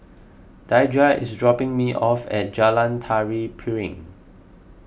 Daija is dropping me off at Jalan Tari Piring